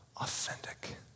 authentic